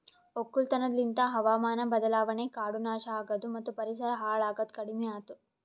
ಒಕ್ಕಲತನ ಲಿಂತ್ ಹಾವಾಮಾನ ಬದಲಾವಣೆ, ಕಾಡು ನಾಶ ಆಗದು ಮತ್ತ ಪರಿಸರ ಹಾಳ್ ಆಗದ್ ಕಡಿಮಿಯಾತು